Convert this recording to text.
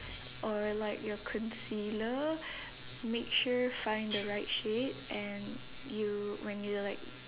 or like your concealer make sure find the right shade and you when you're like